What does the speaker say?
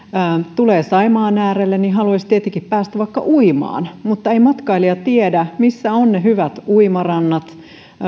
tulee saimaan äärelle niin haluaisi tietenkin päästä vaikka uimaan mutta ei matkailija tiedä missä ovat ne hyvät uimarannat